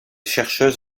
chercheuse